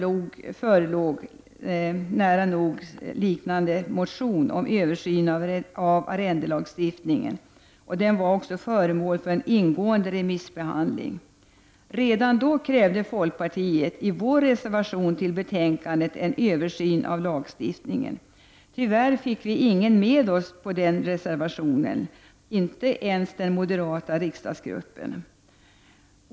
Även då förelåg en nära nog likadan motion om översyn av arrendelagstiftningen. Den var också föremål för en ingående remissbehandling. Redan då krävde vi i folkpartiet i vår reservation till betänkandet en översyn av lagstiftningen. Tyvärr fick vi ingen med oss på den reservationen — inte ens den moderata riksdagsgruppen.